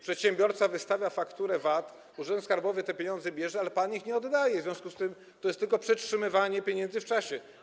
Przedsiębiorca wystawia fakturę VAT, urząd skarbowy te pieniądze bierze, ale pan ich nie oddaje, w związku z tym to jest tylko przetrzymywanie pieniędzy w czasie.